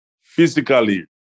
physically